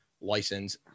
license